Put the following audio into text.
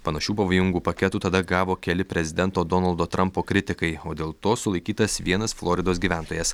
panašių pavojingų paketų tada gavo keli prezidento donaldo trampo kritikai o dėl to sulaikytas vienas floridos gyventojas